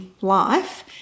life